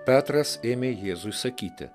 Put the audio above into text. petras ėmė jėzui sakyti